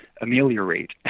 ameliorate